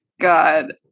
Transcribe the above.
God